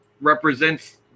represents